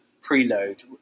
preload